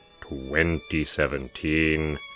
2017